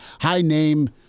high-name